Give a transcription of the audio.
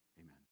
Amen